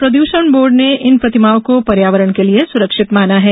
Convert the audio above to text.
प्रद्षण बोर्ड ने इन प्रतिमाओं को पर्यावरण के लिए सुरक्षित माना है